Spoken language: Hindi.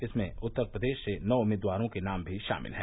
इसमें उत्तर प्रदेश से नौ उम्मीदवारों के नाम भी शामिल हैं